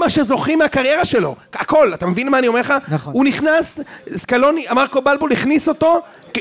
מה שזוכרים מהקריירה שלו, הכל, אתה מבין מה אני אומר לך? נכון. הוא נכנס, סקלוני, אמר קובלבו להכניס אותו,